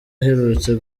aherutse